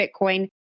Bitcoin